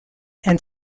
and